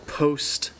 post